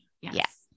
Yes